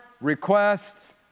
requests